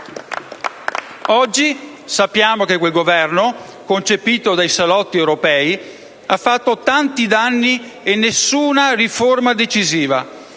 Oggi sappiamo che quel Governo, concepito dai salotti europei, ha fatto tanti danni e nessuna riforma decisiva,